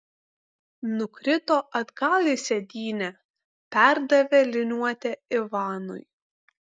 nukrito atgal į sėdynę perdavė liniuotę ivanui